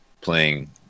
playing